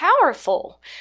powerful